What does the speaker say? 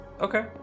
Okay